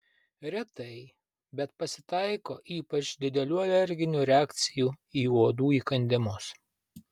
retai bet pasitaiko ypač didelių alerginių reakcijų į uodų įkandimus